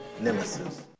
nemesis